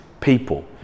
people